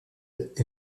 est